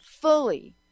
fully